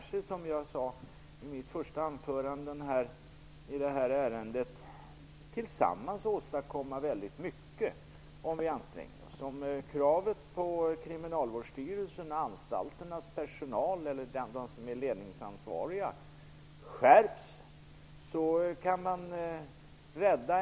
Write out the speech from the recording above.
Som jag sade inledningsvis i den här debatten kan vi nog tillsammans åstadkomma väldigt mycket om vi anstränger oss. Om kravet på på dem som är ledningsansvariga -- skärps, kan ännu fler räddas.